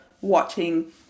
watching